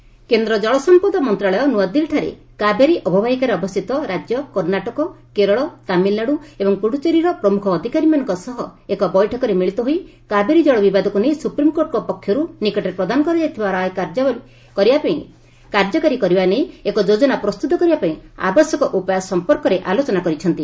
Kaveri meet କେନ୍ଦ୍ର ଜଳସମ୍ପଦ ମନ୍ତ୍ରଣାଳୟ ନୂଆଦିଲ୍ଲୀଠାରେ କାବେରୀ ଅବବାହିକାରେ ଅବସ୍ଥିତ ରାଜ୍ୟ କର୍ଣ୍ଣାଟକ କେରଳ ତାମିଲ୍ନାଡୁ ଏବଂ ପୁଡ଼ୁଚେରୀର ପ୍ରମୁଖ ଅଧିକାରୀମାନଙ୍କ ସହ ଏକ ବୈଠକରେ ମିଳିତ ହୋଇ କାବେରୀ ଜଳ ବିବାଦକୁ ନେଇ ସୁପ୍ରିମ୍କୋର୍ଟଙ୍କ ପକ୍ଷରୁ ନିକଟରେ ପ୍ରଦାନ କରାଯାଇଥିବା ରାୟ କାର୍ଯ୍ୟକାରୀ କରିବା ନେଇ ଏକ ଯୋଜନା ପ୍ରସ୍ତୁତ କରିବାପାଇଁ ଆବଶ୍ୟକ ଉପାୟ ସମ୍ପର୍କରେ ଆଲୋଚନା କରିଛନ୍ତି